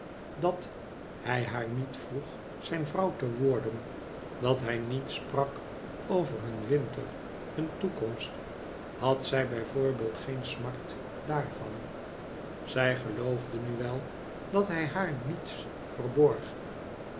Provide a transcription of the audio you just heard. dat hij haar niet vroeg zijn vrouw te worden dat hij niet sprak over hun winter hun toekomst had zij bij voorbeeld geen smart daarvan zij geloofde nu wel dat hij haar niets verborg